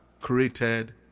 created